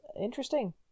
interesting